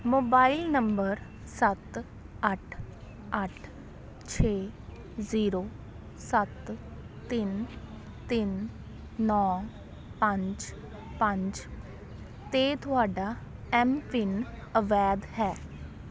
mobile number ਸੱਤ ਅੱਠ ਅੱਠ ਛੇ ਜ਼ੀਰੋ ਸੱਤ ਤਿੰਨ ਤਿੰਨ ਨੌ ਪੰਜ ਪੰਜ 'ਤੇ ਤੁਹਾਡਾ ਐੱਮਪਿੰਨ ਅਵੈਧ ਹੈ